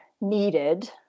needed